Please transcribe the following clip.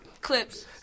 clips